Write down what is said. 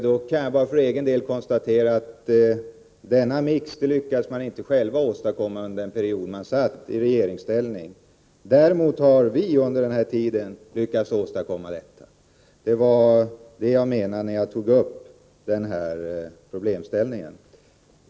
Då vill jag bara för egen del konstatera, att denna mix lyckades de borgerliga inte själva åstadkomma under den period då de var i regeringsställning. Däremot har vi för vår del under den tid vi nu regerat lyckats åstadkomma en sådan mix. Det var detta jag menade när jag tog upp den här problemställningen.